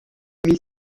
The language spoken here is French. mille